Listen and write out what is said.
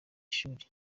ishuri